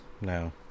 no